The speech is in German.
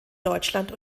deutschland